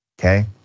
Okay